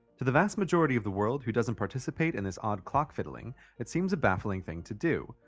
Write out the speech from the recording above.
to the vast majority of the world who doesn't participate in this odd clock fiddling it seems a baffling thing to do.